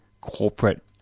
corporate